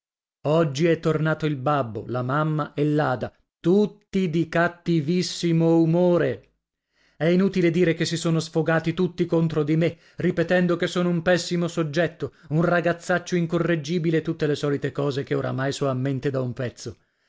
oggi è tornato il babbo la mamma e l'ada tutti di cattivissimo umore è inutile dire che si sono sfogati tutti contro di me ripetendo che sono un pessimo soggetto un ragazzaccio incorreggibile e tutte le solite cose che oramai so a mente da un pezzo